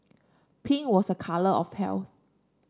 pink was a colour of health